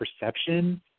perception